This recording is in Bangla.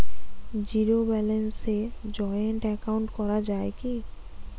জীরো ব্যালেন্সে জয়েন্ট একাউন্ট করা য়ায় কি?